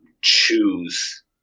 choose